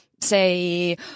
say